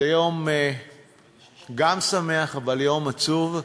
זה יום שמח אבל גם עצוב.